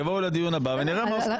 יבואו לדיון הבא ונראה מה עושים.